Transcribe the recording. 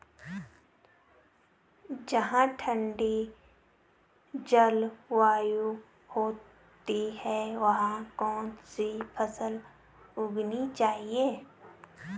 जहाँ ठंडी जलवायु होती है वहाँ कौन सी फसल उगानी चाहिये?